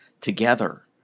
together